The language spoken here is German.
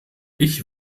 ich